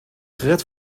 gered